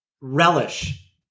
relish